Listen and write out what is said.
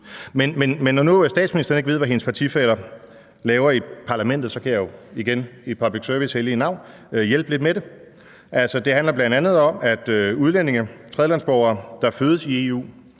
Men når nu statsministeren ikke ved, hvad hendes partifæller laver i Parlamentet, så kan jeg jo igen i public services hellige navn hjælpe lidt med det. Det handler bl.a. om, at udlændinge, tredjelandsborgere, der fødes i EU,